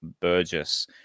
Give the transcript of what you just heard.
Burgess